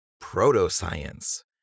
proto-science